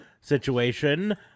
situation